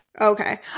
Okay